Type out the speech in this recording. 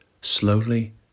slowly